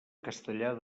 castellar